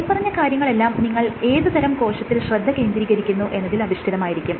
മേല്പറഞ്ഞ കാര്യങ്ങളെല്ലാം നിങ്ങൾ ഏതു തരം കോശത്തിൽ ശ്രദ്ധ കേന്ദ്രീകരിക്കുന്നു എന്നതിൽ അധിഷ്ഠിതമായിരിക്കും